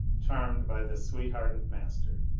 charmed by this sweet-hearted master.